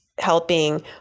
helping